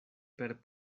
per